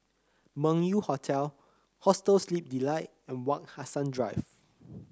Meng Yew Hotel Hostel Sleep Delight and Wak Hassan Drive